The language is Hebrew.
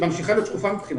מבחינתנו ממשיכה להיות שקופה.